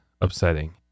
upsetting